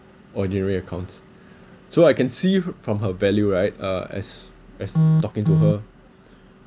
ordinary accounts so I can see f~ from her value right uh as as talking to her